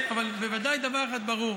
אבל בוודאי דבר אחד ברור: